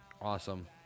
Awesome